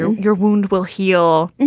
and your wound will heal.